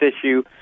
issue